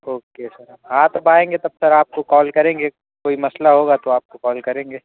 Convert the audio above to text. okay sir ہاں تب آئیں گے تب سر آپ کو کال کریں گے کوئی مسئلہ ہوگا تو آپ کو کال کریں گے